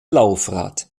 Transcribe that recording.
laufrad